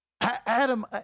Adam